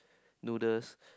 noodles